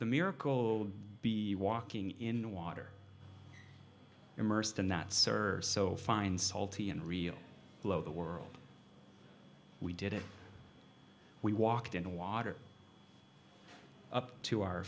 the miracle be walking in water immersed in that serves so fine salty and real low the world we did it we walked into water up to our